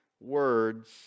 words